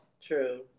True